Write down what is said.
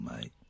mate